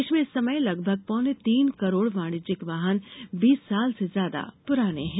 देश में इस समय लगभग पौने तीन कर्रोड़ वाणिज्यिक वाहन बीस साल से ज्यादा पुराने है